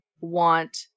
want